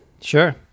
Sure